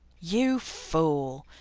you fool!